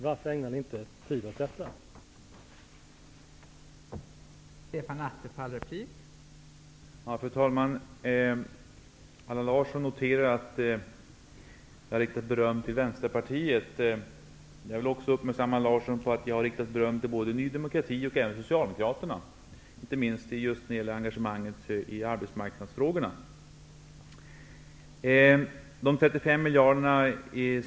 Varför ägnar ni inte tid åt detta, Stefan Attefall?